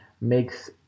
makes